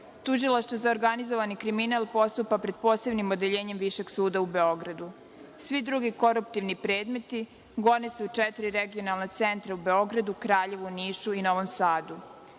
Tužilaštvo za organizovani kriminal postupa pred Posebnim odeljenjem Višeg suda u Beogradu. Svi drugi koruptivni predmeti gone se u četiri regionalna centra u Beogradu, Kraljevu, Nišu i Novom Sadu.